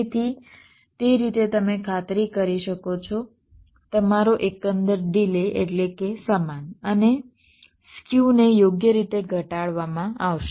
તેથી તે રીતે તમે ખાતરી કરી શકો છો તમારો એકંદર ડિલે એટલે કે સમાન અને સ્ક્યુને યોગ્ય રીતે ઘટાડવામાં આવશે